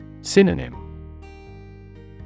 Synonym